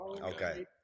Okay